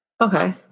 Okay